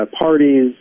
parties